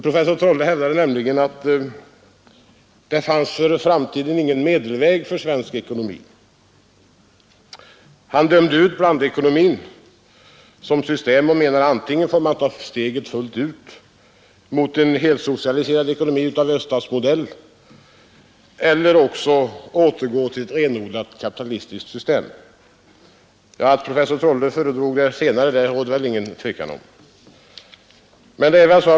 Professor af Trolle hävdade nämligen att det i framtiden inte fanns någon medelväg för svensk ekonomi. Han dömde ut blandekonomin som system och menade att antingen fick man ta steget fullt ut mot en helsocialiserad ekonomi av öststatsmodell eller också återgå till ett renodlat kapitalistiskt system. Att professor af Trolle föredrar det senare råder det väl inget tvivel om.